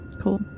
Cool